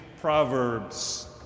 proverbs